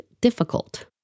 difficult